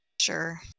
Sure